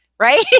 right